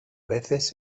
veces